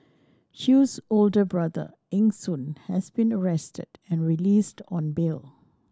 Chew's older brother Eng Soon has been arrested and released on bail